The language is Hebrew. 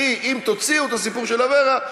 כי אם תוציאו את הסיפור של אברה,